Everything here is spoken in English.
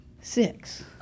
Six